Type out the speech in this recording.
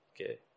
Okay